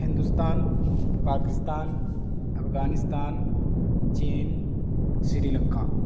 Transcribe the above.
ہندوستان پاکستان افغانستان چین سری لنکا